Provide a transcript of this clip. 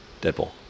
Deadpool